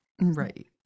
Right